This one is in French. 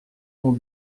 ont